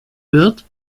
wird